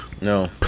No